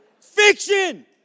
Fiction